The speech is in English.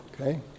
Okay